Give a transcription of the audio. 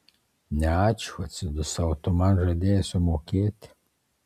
ne ačiū atsidusau tu man žadėjai sumokėti